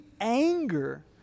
anger